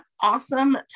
awesome